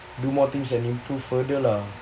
do more things and improve further lah